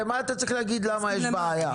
למה אתה צריך להגיד למה יש בעיה?